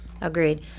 Agreed